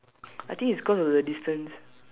I think it's cause of the distance